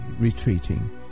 retreating